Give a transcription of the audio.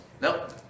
Nope